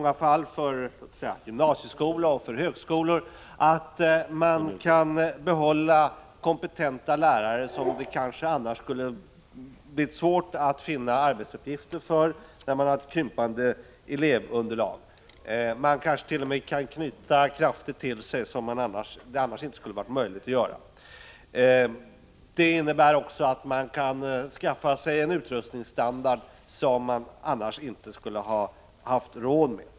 Gymnasieskolor och högskolor kommer att kunna behålla kompetenta lärare som de annars, med ett krympande elevunderlag, hade kunnat få svårt att finna arbetsuppgifter för. De kommer kanske t.o.m. att kunna knyta krafter till sig som de annars inte hade haft tillgång till. Uppdragsutbildningen innebär också att gymnasieskolor och högskolor kan skaffa sig en utrustningsstandard som de annars inte skulle ha haft råd med.